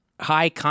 high